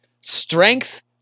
Strength